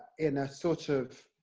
in a sort of,